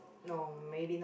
no maybe not